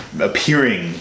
appearing